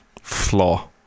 flaw